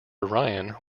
ryan